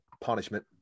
punishment